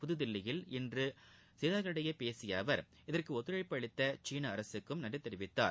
புத்தில்லயில் இன்று செய்தியாளர்களிடம் பேசிய அவர் இதற்கு ஒத்துழைப்பு அளித்த சீன அரசுக்கும் நன்றி தெரிவித்தார்